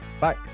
Bye